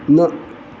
न